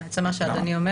לא.